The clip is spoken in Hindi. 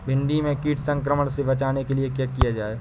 भिंडी में कीट संक्रमण से बचाने के लिए क्या किया जाए?